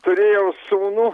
turėjau sūnų